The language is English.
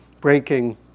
breaking